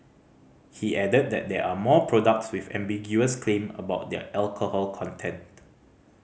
he added that there are more products with ambiguous claim about their alcohol content